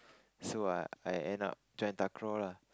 so I I end up join takraw lah